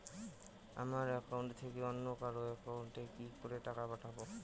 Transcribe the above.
আমার একাউন্ট থেকে অন্য কারো একাউন্ট এ কি করে টাকা পাঠাবো?